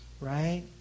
right